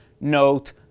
note